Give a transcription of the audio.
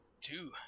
Two